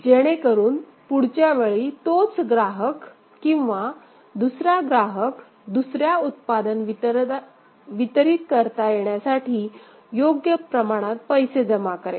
जेणेकरून पुढच्या वेळी तोच ग्राहक किंवा दुसरा ग्राहक दुसरे उत्पादन वितरीत करता येण्यासाठी योग्य प्रमाणात पैसे जमा करेल